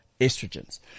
estrogens